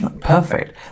perfect